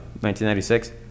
1996